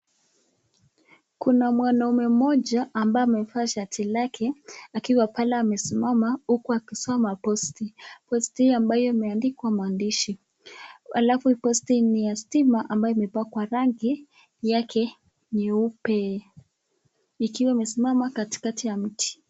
Kuna mwanaume mmoja ambaye amevaa shati lake akiwa pale amesimama huku akisoma posti. Posti hii ambayo imeandikwa maandishi alafu posti ni ya stima ambayo imepakwa rangi yake nyeupe, ikiwa imesimama katikati ya mti.